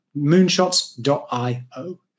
moonshots.io